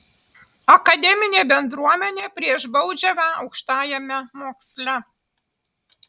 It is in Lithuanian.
akademinė bendruomenė prieš baudžiavą aukštajame moksle